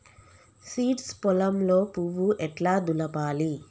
Seeds పొలంలో పువ్వు ఎట్లా దులపాలి?